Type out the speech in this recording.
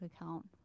account